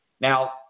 Now